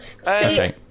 Okay